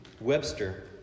Webster